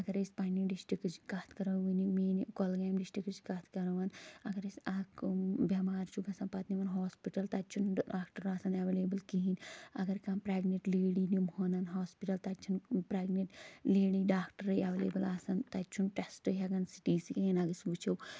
اگر أسۍ پَنٛنہِ ڈِسٹرکٕچ کَتھ کَرَو وٕنۍ یِمہِ میانہِ کۄلگٲمۍ ڈِسٹرکٕچ کَتھ کَرَوَن اگر أسۍ اَکھ بٮ۪مار چھُ گژھان پَتہٕ نِوان ہاسپِٹَل تَتہِ چھُنہٕ ڈاکٹر آسان ایٚویلیبُل کِہیٖنۍ اگر کانٛہہ پریگنِٹ لیڑی نِمٕووٚن ہاسپِٹَل تَتہِ چھِنہٕ پریگنِٹ لیڑی ڈاکٹرٕے ایٚولیبُل آسان تَتہِ چھُنہٕ ٹیشٹٕے یا سی ٹی سِکین اگر أسۍ وٕچھَو